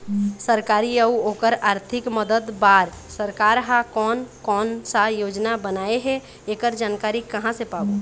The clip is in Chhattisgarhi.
सरकारी अउ ओकर आरथिक मदद बार सरकार हा कोन कौन सा योजना बनाए हे ऐकर जानकारी कहां से पाबो?